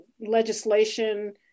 legislation